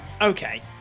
Okay